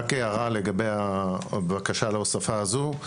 רק הערה לגבי הבקשה להוספה הזו.